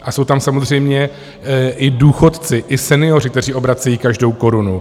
A jsou tam samozřejmě i důchodci, i senioři, kteří obracejí každou korunu.